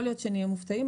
יכול להיות שנהיה מופתעים.